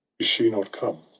she not come?